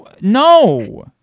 no